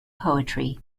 poetry